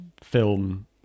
film